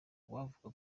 uwavuga